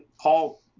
Paul